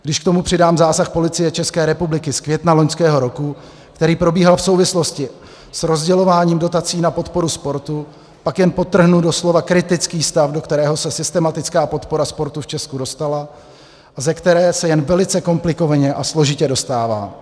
Když k tomu přidám zásah Policie České republiky z května loňského roku, který probíhal v souvislosti s rozdělováním dotací na podporu sportu, pak jen podtrhnu doslova kritický stav, do kterého se systematická podpora sportu v Česku dostala a ze kterého se jen velice komplikovaně a složitě dostává.